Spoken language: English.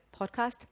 podcast